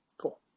Cool